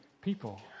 people